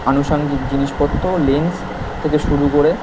আনুসাঙ্গিক জিনিসপত্র লেন্স থেকে শুরু করে